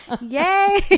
yay